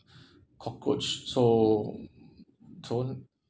cockroach so don~